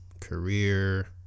career